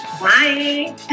Bye